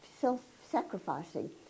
self-sacrificing